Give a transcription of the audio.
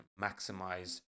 maximize